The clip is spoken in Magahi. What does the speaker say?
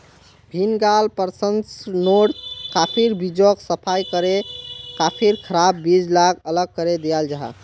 भीन्गाल प्रशंस्कर्नोत काफिर बीजोक सफाई करे काफिर खराब बीज लाक अलग करे दियाल जाहा